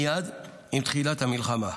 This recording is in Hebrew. מייד עם תחילת המלחמה,